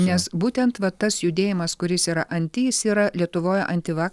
nes būtent va tas judėjimas kuris yra anti jis yra lietuvoje antiva